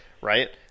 right